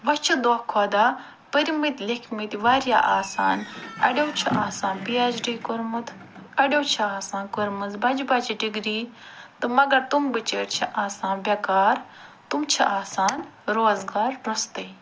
ۄۄنۍ چھِ دۄہ کھۄتہٕ دۄہ پٔرمٕتۍ لِیٚکھمٕتۍ وارِیاہ آسان اَڈیٚو چھُ آسان پی ایٚچ ڈی کوٚرمُت اَڈیٚو چھِ آسان کٔرمٔژ بجہِ بجہِ ڈگری تہٕ مگر تِم بِچٲرۍ چھِ آسان بیٚکار تِم چھِ آسان روزگار رُستٕے